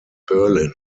berlin